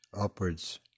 upwards